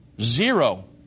Zero